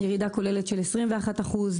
ירידה כוללת של 21 אחוזים.